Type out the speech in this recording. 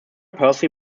percy